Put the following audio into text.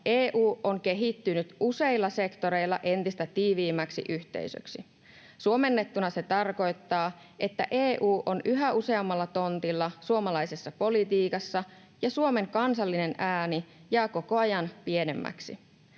EU on kehittynyt useilla sektoreilla entistä tiiviimmäksi yhteisöksi. Suomennettuna se tarkoittaa, että EU on yhä useammalla tontilla suomalaisessa politiikassa ja Suomen kansallinen ääni jää koko ajan pienemmäksi.